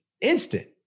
instant